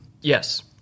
Yes